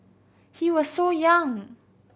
he was so young